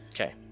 Okay